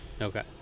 Okay